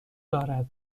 دارد